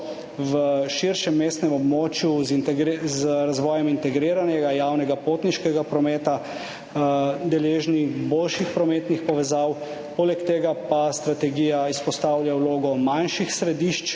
v širšem mestnem območju z razvojem integriranega javnega potniškega prometa deležni boljših prometnih povezav. Poleg tega pa strategija izpostavlja vlogo manjših središč